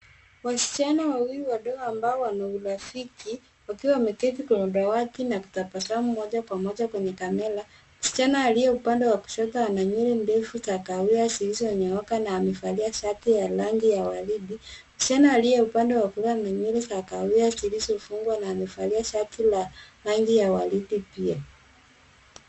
Wasichana wawili wadogo ambao wana urafiki wakiwa wameketi kwa madawati na kutabasamu moja kwa moja kwenye kamera. Msichana aliye upande wa kushoto ana nywele ndefu za kahawia zilizonyooka na amevalia shati ya rangi ya waridi. Msichana aliye upande wa kulia ana nywele za kahawia zilizofungwa na amevalia shati la rangi ya waridi pia.